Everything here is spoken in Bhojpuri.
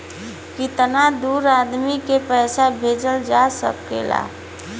कितना दूर आदमी के पैसा भेजल जा सकला?